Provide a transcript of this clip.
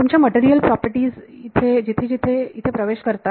तुमच्या material properties येथे येथे आणि येथे च प्रवेश करतात